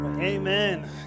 Amen